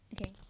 okay